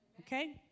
okay